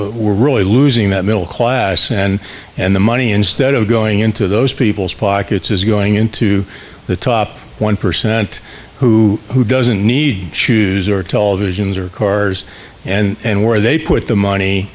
that we're really losing that middle class and and the money instead of going into those people's pockets is going into the top one percent who who doesn't need shoes or televisions or cars and where they put the money